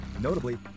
Notably